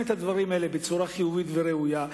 את הדברים האלה בצורה חיובית וראויה,